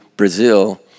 brazil